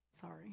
sorry